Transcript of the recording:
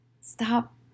stop